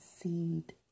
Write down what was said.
seed